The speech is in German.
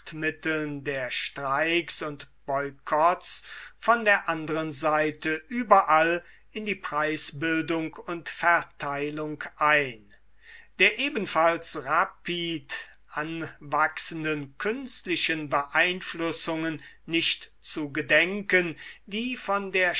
machtmitteln der streiks und boykotts von der anderen seite überall in die preisbildung und verteilung ein der ebenfalls rapid anwachsenden künstlichen beeinflussungen nicht zu gedenken die von der